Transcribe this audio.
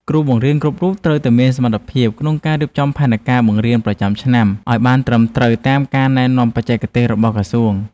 គ្រូបង្រៀនគ្រប់រូបត្រូវមានសមត្ថភាពក្នុងការរៀបចំផែនការបង្រៀនប្រចាំឆ្នាំឱ្យបានត្រឹមត្រូវតាមការណែនាំបច្ចេកទេសរបស់ក្រសួង។